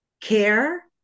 care